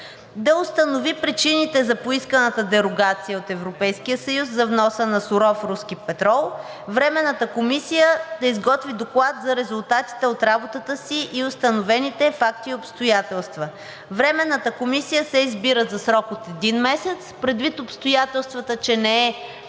Да установи причините за поисканата дерогация от Европейския съюз за внос на руски суров петрол. 7. Временната комисия да изготви доклад за резултатите от работата си и установените факти и обстоятелства. 8. Временната комисия се избира за срок от 1 месец.“ Предвид обстоятелствата, че не е